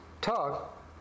talk